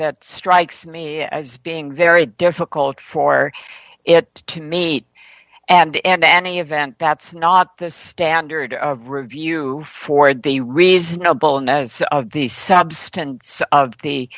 that strikes me as being very difficult for it to meet and in any event that's not the standard of review for the reasonableness of the substance of the